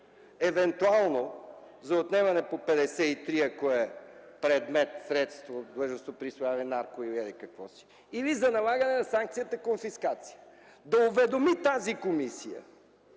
евентуално за отнемане по чл. 53, ако е предмет, средство, длъжностно присвояване, нарко- или еди какво си, или за налагане на санкцията конфискация, да уведоми тази комисия,